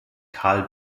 karl